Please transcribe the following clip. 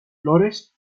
flores